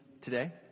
today